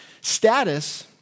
status